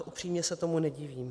Upřímně se tomu nedivím.